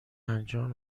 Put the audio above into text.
انجام